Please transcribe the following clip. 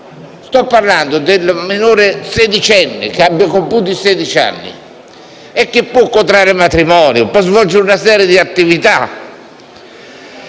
Sto parlando del minore che ha compiuto sedici anni, che può contrarre matrimonio e svolgere una serie di attività,